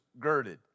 girded